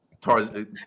Tarzan